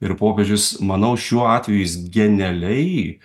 ir popiežius manau šiuo atveju jis genialiai